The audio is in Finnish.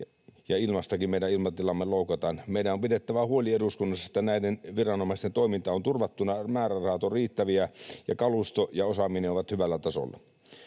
ja ilmastakin meidän ilmatilaamme loukataan. Meidän on pidettävä huoli eduskunnassa, että näiden viranomaisten toiminta on turvattuna, määrärahat ovat riittäviä ja kalusto ja osaaminen ovat hyvällä tasolla.